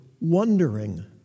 wondering